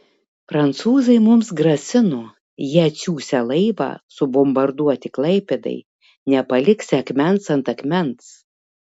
prancūzai mums grasino jie atsiųsią laivą subombarduoti klaipėdai nepaliksią akmens ant akmens